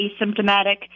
asymptomatic